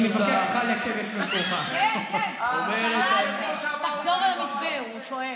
אני מבקש ממך לשבת, תחזור על המתווה, הוא שואל.